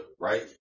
right